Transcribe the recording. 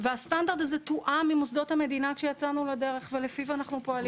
והסטנדרט הזה תואם עם מוסדות המדינה כשיצאנו לדרך ולפיו אנחנו פועלים.